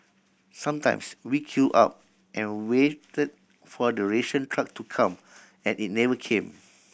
sometimes we queued up and waited for the ration truck to come and it never came